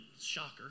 shocker